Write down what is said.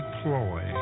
ploy